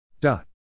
Dot